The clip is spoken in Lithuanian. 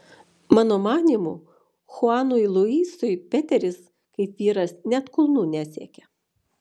mano manymu chuanui luisui peteris kaip vyras net kulnų nesiekia